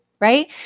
right